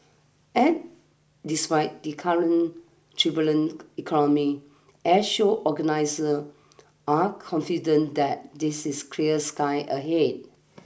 and despite the current turbulent economy Airshow organiser are confident that this is clear sky ahead